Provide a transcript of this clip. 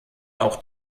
auch